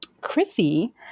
Chrissy